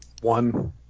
One